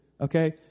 Okay